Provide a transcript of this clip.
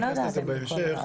כל הדברים האלה מאוד חשוב,